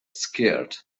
skirt